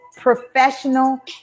Professional